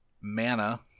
mana